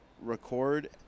record